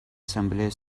ассамблея